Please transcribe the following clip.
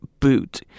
boot